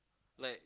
like